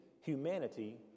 humanity